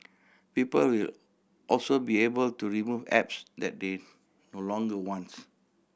people will also be able to remove apps that they no longer wants